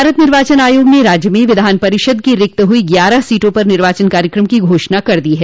भारत निर्वाचन आयोग ने राज्य में विधान परिषद की रिक्त हुई ग्यारह सीटों पर निर्वाचन कार्यक्रम की घोषणा कर दी है